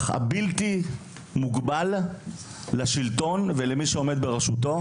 בלתי מוגבל לשלטון ולעומדים בראשותו.